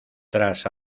tras